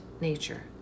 nature